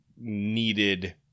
needed